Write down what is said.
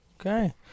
Okay